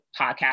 podcast